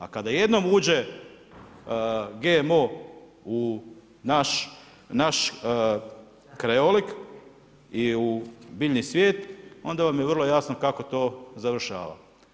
A kada jednom uđe GMO u naš krajolik i u biljni svijet, onda vam je vrlo jasno kako to završava.